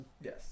yes